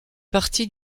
partie